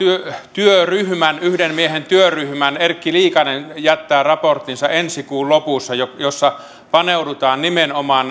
työryhmän yhden miehen työryhmän erkki liikanen jättää ensi kuun lopussa raporttinsa jossa paneudutaan nimenomaan